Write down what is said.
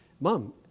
Mom